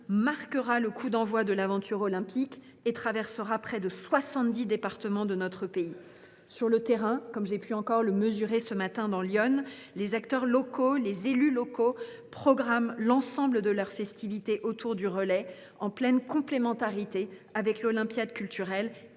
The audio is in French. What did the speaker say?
marquera le coup d’envoi de l’aventure olympique et traversera près de 70 départements de notre pays. Sur le terrain, j’ai pu encore le mesurer ce matin dans l’Yonne, les acteurs et les élus locaux programment l’ensemble de leurs festivités autour du relais, en complémentarité avec l’Olympiade culturelle